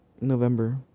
november